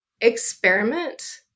Experiment